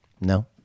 No